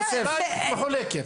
היא מחולקת.